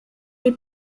die